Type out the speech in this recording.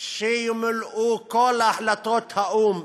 שימולאו כל החלטות האו"ם.